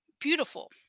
beautiful